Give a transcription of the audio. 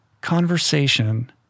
Conversation